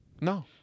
No